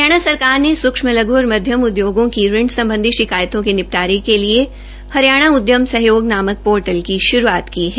हरियाणा सरकार ने सूक्ष्म लघ् और मध्यम उद्योगों को ऋण सम्बधी शिकायतों के निपटारे के लिए हरियाणा उदयम सहयोग नामक पोर्टल की शुरूआत की है